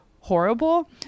horrible